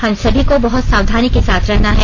हम सभी को बहुत सावधानी के साथ रहना है